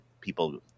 people